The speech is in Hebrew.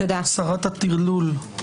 שרת הטרלול.